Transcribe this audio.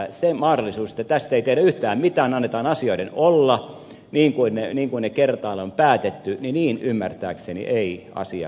sellaista mahdollisuutta että tässä ei tehdä yhtään mitään annetaan asioiden olla niin kuin ne kertaalleen on päätetty ei ymmärtääkseni kuitenkaan voi olla